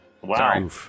wow